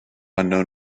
unknown